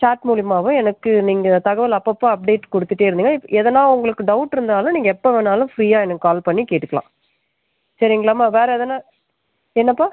chat மூலியமாகவோ எனக்கு நீங்கள் தகவல் அப்பப்போ அப்டேட் கொடுத்துட்டே இருந்திங்க எதனா உங்களுக்கு டவுட் இருந்தாலும் நீங்கள் எப்போ வேணாலும் ஃபிரீயாக எனக்கு கால் பண்ணி கேட்டுக்கலாம் சரிங்களாமா வேறு எதனா என்னப்பா